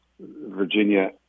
Virginia